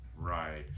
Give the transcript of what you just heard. right